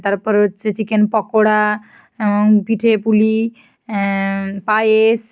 তারপরে হচ্ছে চিকেন পকোড়া এবং পিঠে পুলি পায়েস